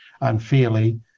unfairly